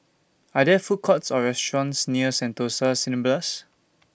Are There Food Courts Or restaurants near Sentosa Cineblast